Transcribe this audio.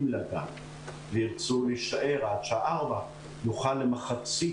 לגן וירצו להישאר עד שעה 16:00. נוכל לאפשר למחצית